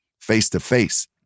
face-to-face